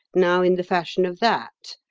now in the fashion of that.